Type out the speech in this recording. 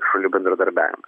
šalių bendradarbiavimą